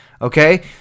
Okay